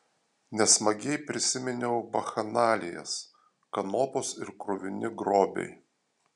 nesmagiai prisiminiau bakchanalijas kanopos ir kruvini grobiai